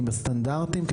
עם הסטנדרטים,